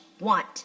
want